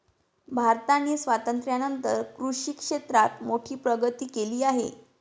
भारताने स्वातंत्र्यानंतर कृषी क्षेत्रात मोठी प्रगती केली आहे